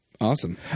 Awesome